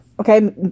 okay